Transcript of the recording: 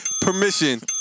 permission